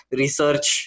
research